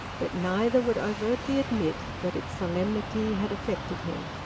but neither would overtly admit that its solemnity had affected him.